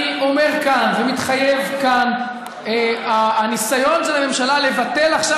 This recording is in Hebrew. אני אומר כאן ומתחייב כאן: הניסיון של הממשלה לבטל עכשיו